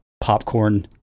popcorn